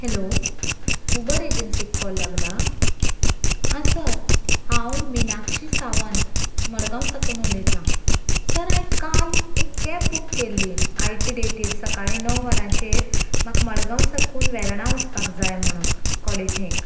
hello Uber एजंसीक call लागला आ सर हांव मिनाक्षी सावंत मडगांव साकून उलयतां सर हांवें काल एक कॅब बूक केल्ली आयचे डेटीर सकाळीं णव वरांचेर म्हाका मडगांव साकून वेर्णा वचपाक जाय म्हणून कॉलेजीक